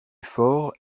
fort